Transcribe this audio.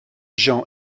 gens